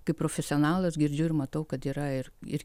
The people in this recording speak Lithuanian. kaip profesionalas girdžiu ir matau kad yra ir ir